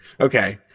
Okay